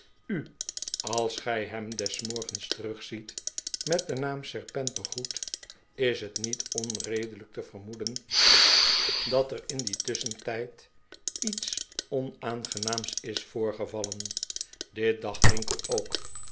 u als gij hem des morgens terugziet met den naam serpent begroet is het niet onredelijk te vermoeden dat er in dien tusschentijd iets onaangenaams is voorgevallen dit dacht winkle ook